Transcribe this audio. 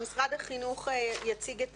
אני מציעה אולי שמשרד החינוך יציג את